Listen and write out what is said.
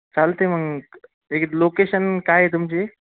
चालते मग एक लोकेशन काय आहे तुमची